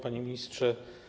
Panie Ministrze!